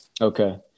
Okay